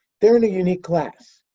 they're in a unique class.